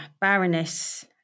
Baroness